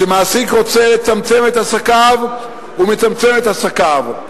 כשמעסיק רוצה לצמצם את עסקיו הוא מצמצם את עסקיו,